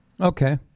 Okay